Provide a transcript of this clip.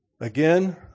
Again